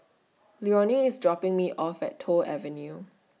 Leonie IS dropping Me off At Toh Avenue